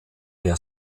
der